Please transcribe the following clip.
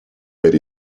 per